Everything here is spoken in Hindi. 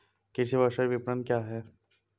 कृषि व्यवसाय विपणन क्या है?